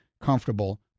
comfortable